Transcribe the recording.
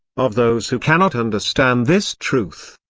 of those who cannot understand this truth.